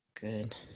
Good